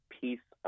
piece